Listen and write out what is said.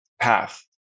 path